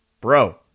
bro